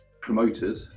promoted